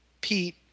Pete